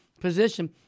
position